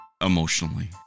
emotionally